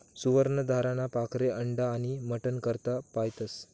सुवर्ण धाराना पाखरे अंडा आनी मटन करता पायतस